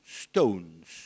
stones